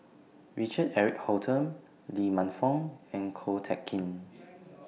Richard Eric Holttum Lee Man Fong and Ko Teck Kin